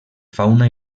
fauna